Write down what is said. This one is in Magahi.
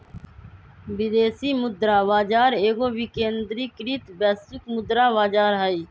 विदेशी मुद्रा बाजार एगो विकेंद्रीकृत वैश्विक मुद्रा बजार हइ